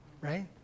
right